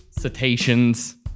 Cetaceans